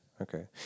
Okay